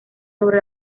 sobre